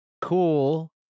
cool